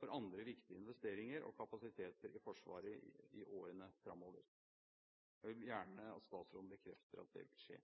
for andre viktige investeringer og kapasiteter i Forsvaret i årene framover. Jeg vil gjerne at statsråden bekrefter at det vil skje.